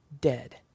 dead